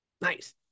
Nice